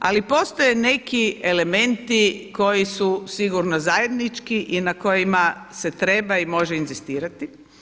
Ali postoje neki elementi koji su sigurno zajednički i na kojima se treba i može inzistirati.